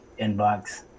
inbox